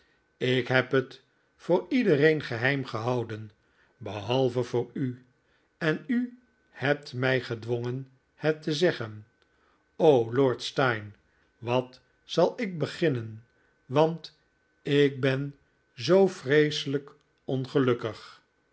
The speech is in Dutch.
ik heb het voor iedereen geheim gehouden behalve voor u en u hebt mij gedwongen het te zeggen o lord steyne wat zal ik beginnen want ik ben zoo vreeselijk ongelukkig